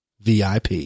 VIP